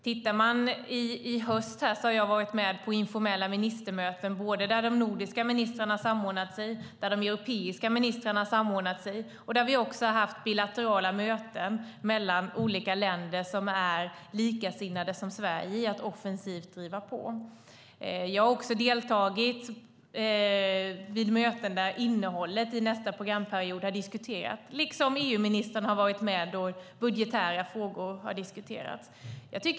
Under hösten var jag med på informella ministermöten, där både de nordiska och de europeiska ministrarna samordnade sig och där vi också hade bilaterala möten mellan olika länder som är likasinnade med Sverige i att offensivt driva på. Jag har också deltagit i möten där innehållet i nästa programperiod har diskuterats, liksom EU-ministern har varit med då budgetära frågor har diskuterats.